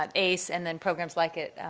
ah ace, and then programs like it,